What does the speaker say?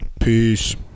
Peace